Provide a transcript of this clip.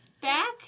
back